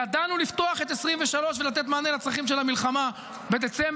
ידענו לפתוח את 2023 ולתת מענה לצרכים של המלחמה בדצמבר,